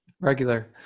regular